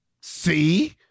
see